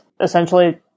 essentially